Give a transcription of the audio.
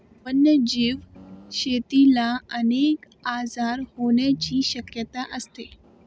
वन्यजीव शेतीला अनेक आजार होण्याची शक्यता असते